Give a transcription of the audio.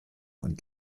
und